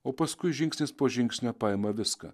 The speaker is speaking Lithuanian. o paskui žingsnis po žingsnio paima viską